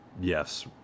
yes